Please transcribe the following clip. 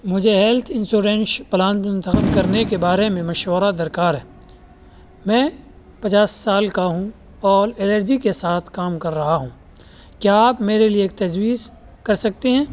مجھے health insurance plan منتخب کرنے کے بارے میں مشورہ درکار ہے میں پچاس سال کا ہوں اور ایلرجی کے ساتھ کام کر رہا ہوں کیا آپ میرے لیے ایک تجویز کر سکتے ہیں